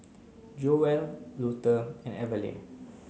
Joel Luther and Evalyn